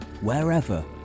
wherever